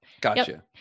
Gotcha